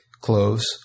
clothes